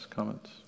Comments